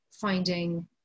finding